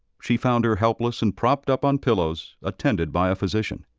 she found her helpless and propped up on pillows, attended by a physician.